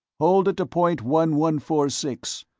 hold it to point one one four six,